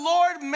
Lord